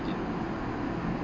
fifteen